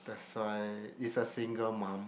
that's why is a single mum